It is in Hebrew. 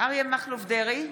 אריה מכלוף דרעי,